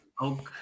Okay